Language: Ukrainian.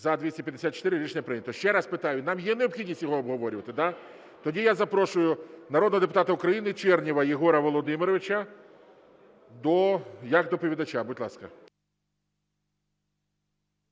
За-254 Рішення прийнято. Ще раз питаю, нам є необхідність його обговорювати. Тоді я запрошую народного депутата України Чернєва Єгора Володимировича як доповідача, будь ласка.